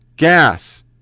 Gas